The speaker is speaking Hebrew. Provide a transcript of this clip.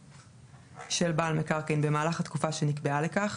של בעל מקרקעין במהלך התקופה שנקבע לכך,